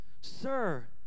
Sir